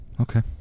Okay